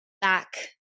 back